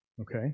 Okay